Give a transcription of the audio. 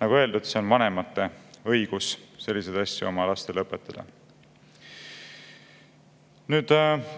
Nagu öeldud, see on vanemate õigus selliseid asju oma lastele õpetada.